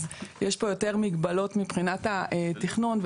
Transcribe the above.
אז יש פה יותר מגבלות מבחינת התכנון.